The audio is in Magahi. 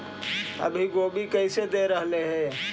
अभी गोभी कैसे दे रहलई हे?